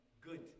good